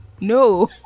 No